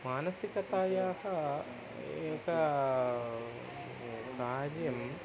मानसिकतायाः एका कार्यम्